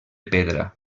pedra